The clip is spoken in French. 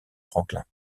franklin